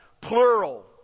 plural